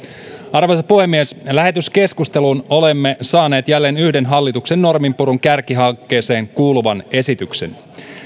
arvoisa puhemies lähetekeskusteluun olemme saaneet jälleen yhden hallituksen norminpurun kärkihankkeeseen kuuluvan esityksen